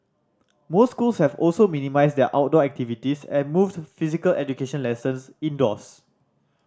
most schools have also minimised their outdoor activities and moved physical education lessons indoors